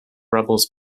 rebels